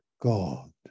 God